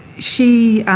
she